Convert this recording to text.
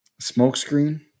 Smokescreen